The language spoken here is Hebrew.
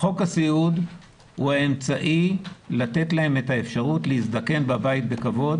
חוק הסיעוד הוא האמצעי לתת להם את האפשרות להזדקן בבית בכבוד